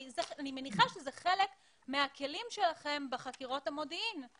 אני מניחה שזה חלק מהכלים שלכם בחקירות המודיעין.